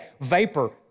vapor